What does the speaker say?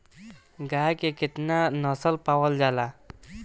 गाय के केतना नस्ल पावल जाला?